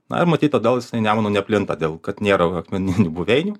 na ir matyt todėl jisai nemunu neplinta dėl kad nėra akmeninių buveinių